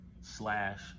slash